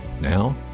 Now